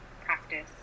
practice